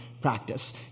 practice